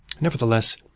Nevertheless